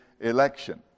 election